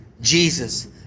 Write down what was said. Jesus